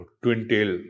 twin-tail